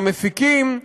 למפיקים,